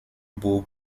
bourg